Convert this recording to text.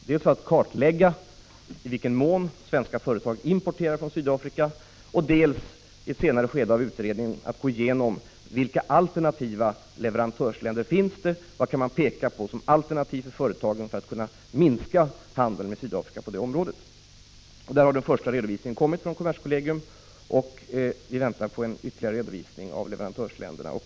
Man skulle dels kartlägga i vilken mån svenska företag importerar från Sydafrika, dels i ett senare skede gå igenom vilka alternativa leverantörsländer det finns, vad man kan peka på som alternativ för företagen för att kunna minska handeln med Sydafrika på detta område. Där har den första redovisningen kommit från kommerskollegium, och vi väntar på en ytterligare redovisning av leverantörsländerna.